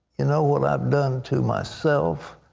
you know what i've done to myself.